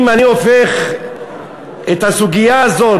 אם אני הופך את הסוגיה הזאת,